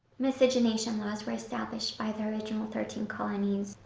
miscegenation laws were established by the original thirteen colonies,